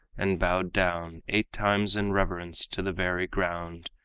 and bowed down eight times in reverence to the very ground,